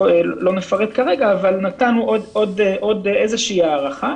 לא נפרט כרגע, אבל נתנו עוד איזושהי הארכה